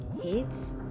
hits